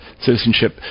citizenship